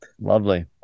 Lovely